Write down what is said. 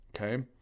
Okay